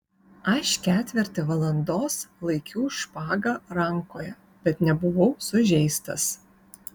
aš ketvirtį valandos laikiau špagą rankoje bet nebuvau sužeistas